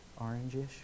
orange-ish